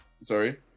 sorry